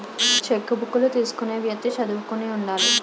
చెక్కుబుక్కులు తీసుకునే వ్యక్తి చదువుకుని ఉండాలి